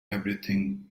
everything